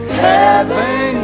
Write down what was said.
heaven